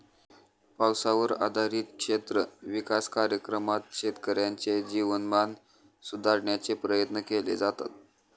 पावसावर आधारित क्षेत्र विकास कार्यक्रमात शेतकऱ्यांचे जीवनमान सुधारण्याचे प्रयत्न केले जातात